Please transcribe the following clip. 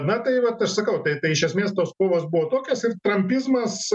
na tai vat aš sakau tai tai iš esmės tos kovos buvo tokios ir trampizmas